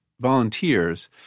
volunteers